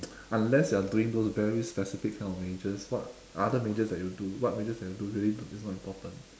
unless you are doing those very specific kind of majors what other majors that you do what majors that you do really is not important